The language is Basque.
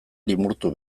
limurtu